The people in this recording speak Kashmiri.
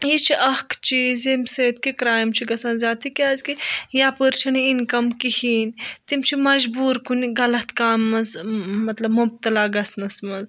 یہِ چھِ اَکھ چیٖز ییٚمہِ سۭتۍ کہِ کرٛایِم چھِ گَژھان زیادٕ تہِ کیازکہِ یَپٲرۍ چھَنہٕ اِنکَم کِہیٖنۍ تِم چھِ مَجبوٗر کُنہِ غلط کامہِ منٛز مطلب مُبتلا گَژھنَس منٛز